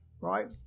right